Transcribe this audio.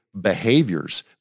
behaviors